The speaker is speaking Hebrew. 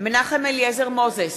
מנחם אליעזר מוזס,